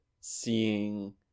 seeing